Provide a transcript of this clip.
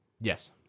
yes